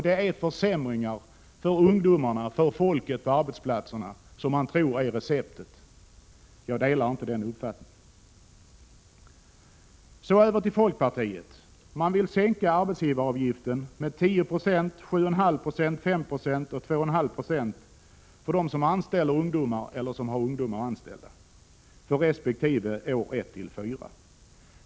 Det är försämringar för ungdomarna och folket på arbetsplatserna som man tror är receptet. Jag delar inte den uppfattningen. Så över till folkpartiet. De vill sänka arbetsgivaravgiften med 10 90, 7,5 Jo, 5 Jo och 2,5 0 för den som har anställda eller anställer ungdomar för resp. år 1-4.